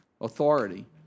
authority